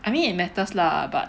I mean it matters lah but